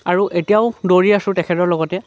আৰু এতিয়াও দৌৰি আছোঁ তেখেতৰ লগতে